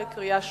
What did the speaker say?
קריאה שנייה.